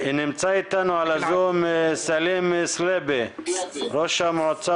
נמצא איתנו על הזום סלים סליבי, ראש המועצה